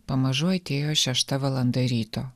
pamažu atėjo šešta valanda ryto